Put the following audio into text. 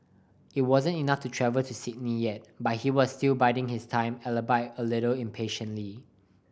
it wasn't enough to travel to Sydney yet but he was still biding his time albeit a little impatiently